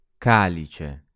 Calice